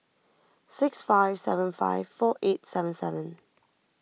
six five seven five four eight seven seven